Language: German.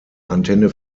antenne